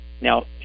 Now